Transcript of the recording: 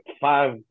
five